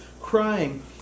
crying